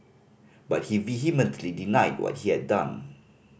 but he vehemently denied what he had done